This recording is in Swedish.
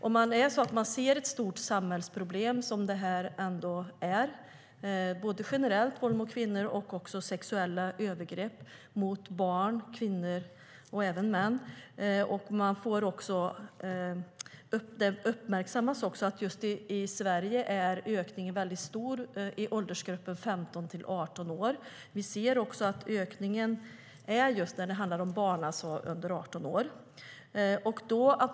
Vi ser att både generellt våld mot kvinnor och sexuella övergrepp mot barn, kvinnor och även män är ett stort samhällsproblem, och det uppmärksammas att ökningen just i Sverige är väldigt stor i åldersgruppen 15-18 år. Vi ser också att ökningen sker just när det handlar om barn under 18 år.